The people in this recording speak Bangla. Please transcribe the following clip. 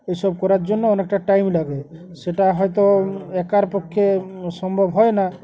এইসব করার জন্য অনেকটা টাইম লাগে সেটা হয়তো একার পক্ষে সম্ভব হয় না